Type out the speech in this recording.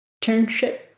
internship